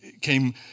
came